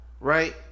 right